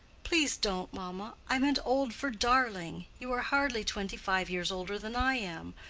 please don't, mamma! i meant old for darling. you are hardly twenty-five years older than i am.